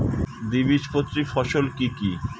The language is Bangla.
দ্বিবীজপত্রী ফসল কি কি?